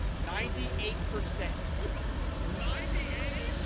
ninety eight percent ninety eight